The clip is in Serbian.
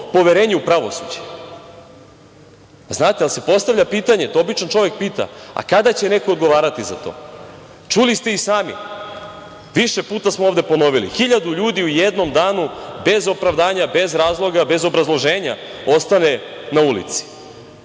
poverenje u pravosuđe. Znate, postavlja se pitanje, to običan čovek pita – kada će neko odgovarati za to? Čuli ste i sami, više puta smo ovde ponovili, hiljadu ljudi u jednom danu bezu opravdanje, bez razloga, bez obrazloženje ostane na ulici.